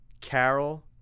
Carol